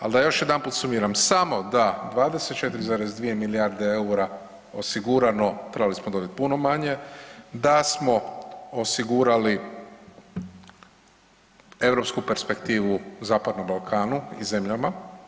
Ali da još jedanput sumiram, samo da 24,2 milijarde eura osigurano trebali smo dobiti puno manje, da smo osigurali europsku perspektivu Zapadnom Balkanu i zemljama.